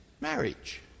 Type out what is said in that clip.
marriage